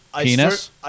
penis